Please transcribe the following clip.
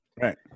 right